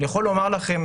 אני יכול לומר לכם,